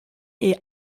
est